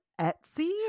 Etsy